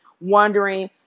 wondering